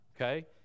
okay